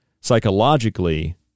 psychologically